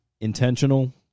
intentional